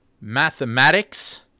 Mathematics